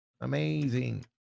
amazing